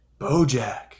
Bojack